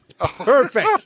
Perfect